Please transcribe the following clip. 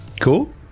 Cool